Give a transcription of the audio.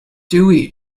due